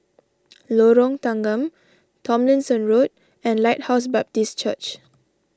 Lorong Tanggam Tomlinson Road and Lighthouse Baptist Church